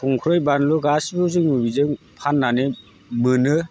संख्रि बानलु गासिबो जों बिजों फाननानै मोनो